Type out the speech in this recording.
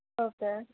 okay